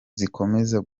kizakomeza